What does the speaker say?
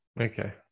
Okay